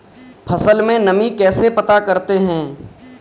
फसल में नमी कैसे पता करते हैं?